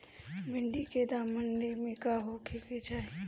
भिन्डी के दाम मंडी मे का होखे के चाही?